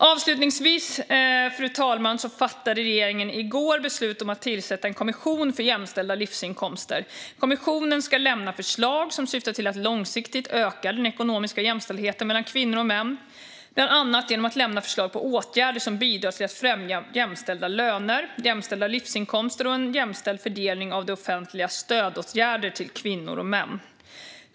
Avslutningsvis, fru talman, fattade regeringen i går beslut om att tillsätta en kommission för jämställda livsinkomster. Kommissionen ska lämna förslag som syftar till att långsiktigt öka den ekonomiska jämställdheten mellan kvinnor och män, bland annat genom att lämna förslag på åtgärder som bidrar till att främja jämställda löner, jämställda livsinkomster och en jämställd fördelning av det offentligas stödåtgärder till kvinnor och män.